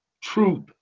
truth